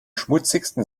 schmutzigsten